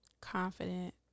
confident